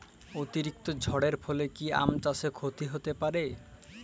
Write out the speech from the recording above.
অতিরিক্ত ঝড়ের ফলে কি আম চাষে ক্ষতি হতে পারে?